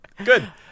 good